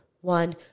one